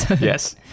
Yes